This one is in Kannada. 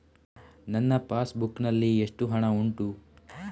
ನನ್ನ ಪಾಸ್ ಬುಕ್ ನಲ್ಲಿ ಎಷ್ಟು ಹಣ ಉಂಟು?